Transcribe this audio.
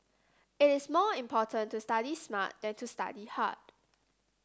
it is more important to study smart than to study hard